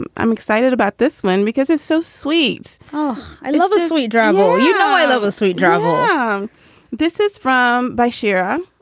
i'm i'm excited about this one because it's so swede's oh, i love a sweet dry. well, you know, i love the sweet javal ah um this is from by sherer,